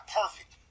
perfect